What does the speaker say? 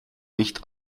nicht